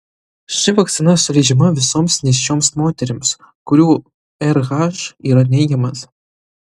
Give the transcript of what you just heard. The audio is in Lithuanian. ši vakcina suleidžiama visoms nėščioms moterims kurių rh yra neigiamas